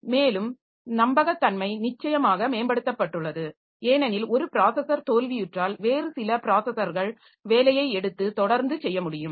மேலும் நம்பகத்தன்மை நிச்சயமாக மேம்படுத்தப்பட்டுள்ளது ஏனெனில் ஒரு ப்ராஸஸர் தோல்வியுற்றால் வேறு சில ப்ராஸஸர்கள் வேலையை எடுத்து தொடர்ந்து செய்ய முடியும்